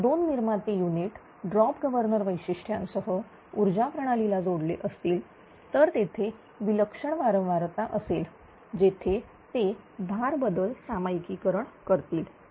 जर दोन निर्माते युनिट ड्रॉप गव्हर्नर वैशिष्ट्यांसह ऊर्जा प्रणालीला जोडले असतील तर तेथे विलक्षण वारंवारता असेल जेथे ते भार बदल सामायिकरण करतील